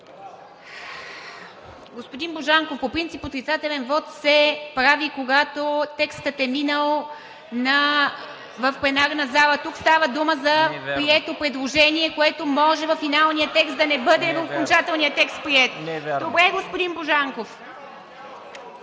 Господин Божанков, по принцип отрицателен вот се прави, когато текстът е минал в пленарната зала. Тук става дума за прието предложение, което може във финалния текст да не бъде приет в окончателния текст. ЯВОР БОЖАНКОВ